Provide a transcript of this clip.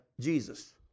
Jesus